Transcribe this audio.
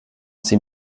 sie